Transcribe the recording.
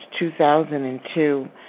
2002